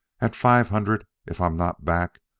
at five hundred, if i'm not back,